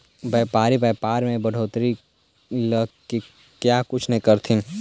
व्यापारी व्यापार में बढ़ोतरी ला क्या कुछ न करथिन